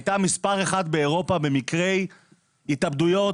הייתה מספר 1 באירופה במקרי התאבדויות,